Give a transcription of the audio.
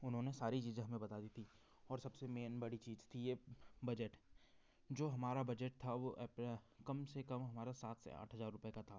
उन्होंने सारी चीज़ें हमें बता दी थी और सब से मेन बड़ी चीज़ थी ये बजट जो हमारा बजट था वो एप कम से कम हमारा सात से आठ हज़ार रुपये का था